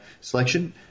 selection